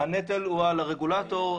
הנטל הוא על הרגולטור,